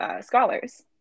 scholars